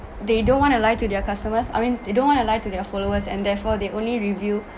they don't want to lie to their customers I mean they don't want to lie to their followers and therefore they only review